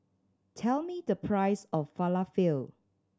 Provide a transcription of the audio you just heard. tell me the price of Falafel